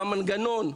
במנגנון.